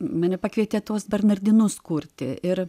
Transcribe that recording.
mane pakvietė tuos bernardinus kurti ir